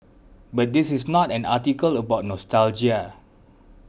but this is not an article about nostalgia